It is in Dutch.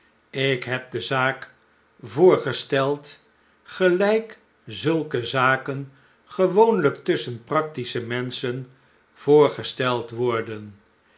ik heb de zaak voorgesteld gelijk zulke zaken gewoonlijk tusschen practische menschen voorgesteld worden